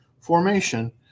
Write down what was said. formation